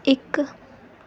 ਇੱਕ